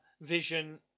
Vision